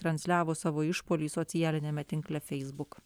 transliavo savo išpuolį socialiniame tinkle feisbuk